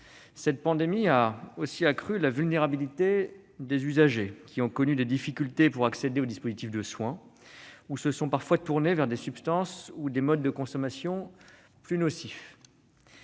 cette pandémie a accru la vulnérabilité des usagers, qui ont connu des difficultés pour accéder au dispositif de soins ou, parfois, se sont tournés vers des substances ou des modes de consommation plus nocifs.